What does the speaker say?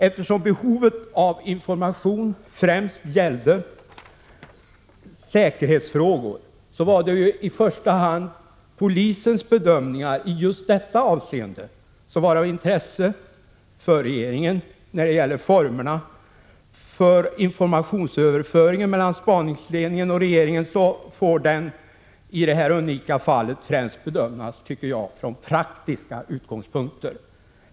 Eftersom behovet av information främst gällde säkerhetsfrågor, var det i första hand polisens bedömningar i just detta avseende som var av intresse för regeringen. Formerna för informationsöverföringen mellan spaningsledningen och regeringen får i det här unika fallet, tycker jag, bedömas främst från praktiska utgångspunkter.